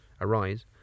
arise